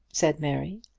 said mary,